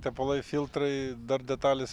tepalai filtrai dar detalės